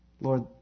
Lord